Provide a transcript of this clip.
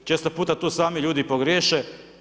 Često puta tu sami ljudi pogriješe.